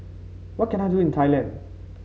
what can I do in Thailand